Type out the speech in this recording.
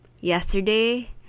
yesterday